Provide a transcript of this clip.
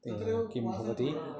तद् किं भवति